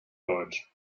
deutsch